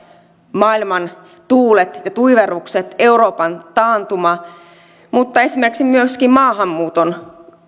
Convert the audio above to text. maailman tuulet ja tuiverrukset euroopan taantuma mutta myöskin esimerkiksi maahanmuuton